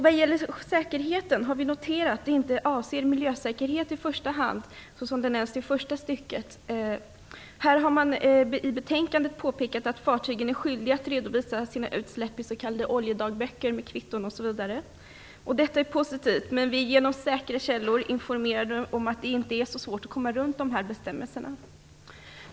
Vad gäller säkerheten har vi noterat att det inte i första hand avser miljösäkerhet såsom det nämns i första stycket. Här har man i betänkandet påpekat att fartygen är skyldiga att redovisa sina utsläpp i s.k. oljedagböcker med kvitton osv. Detta är positivt, men genom säkra källor är vi informerade om att det inte är så svårt att komma runt dessa bestämmelser.